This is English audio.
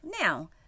Now